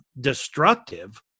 destructive